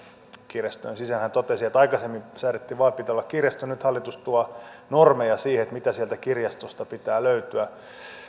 kirjastojen sisään hän totesi että aikaisemmin säädettiin vain että pitää olla kirjasto ja nyt hallitus tuo normeja siihen mitä sieltä kirjastosta pitää löytyä